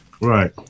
right